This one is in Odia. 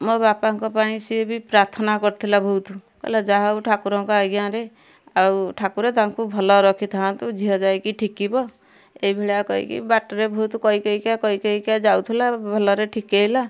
ମୋ ବାପାଙ୍କ ପାଇଁ ସିଏ ବି ପ୍ରାର୍ଥନା କରିଥିଲା ଭଉତୁ କହିଲା ଯାହା ହଉ ଠାକୁରଙ୍କ ଆଜ୍ଞାରେ ଆଉ ଠାକୁର ତାଙ୍କୁ ଭଲ ରଖିଥାନ୍ତୁ ଝିଅ ଯାଇକି ଠିକିବ ଏଇଭଳିଆ କହିକି ବାଟରେ ଭଉତୁ କଇ କଇକା କଇ କଇକା ଯାଉଥିଲା ଭଲରେ ଠିକେଇଲା